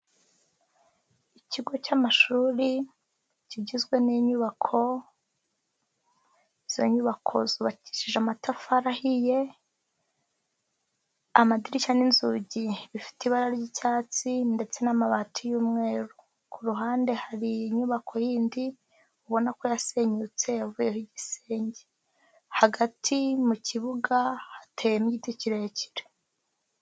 Ikigo cy'amashuri kigizwe n'inyubako, izo nyubako zubakishije amatafari ahiye, amadirishya n'inzugi bifite ibara ry'icyatsi ndetse n'amabati y'umweru. Kuruhande hari inyubako yindi, ubona ko yasenyutse yavuyeho igisenge, hagati mu kibuga hateyemo imiti kirekire.